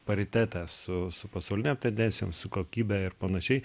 paritete su su pasaulinėm tendencijom su kokybe ir panašiai